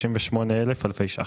68,000 אלפי ₪.